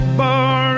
bar